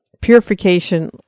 purification